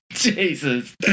Jesus